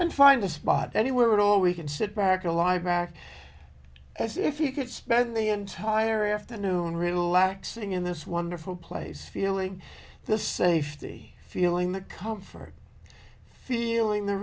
and find a spot anywhere would all we can sit back to lie back as if you could spend the entire afternoon relaxing in this wonderful place feeling the safety feeling the comfort feeling the